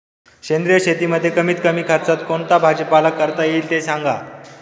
सेंद्रिय शेतीमध्ये कमीत कमी खर्चात कोणता भाजीपाला करता येईल ते सांगा